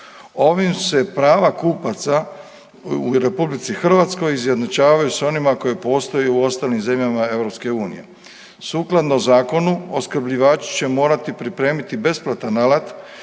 Ovim se prava kupaca u RH izjednačavaju s onima koja postoje u ostalim zemljama EU. Sukladno zakonu opskrbljivači će morati pripremiti besplatan alat